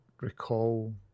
recall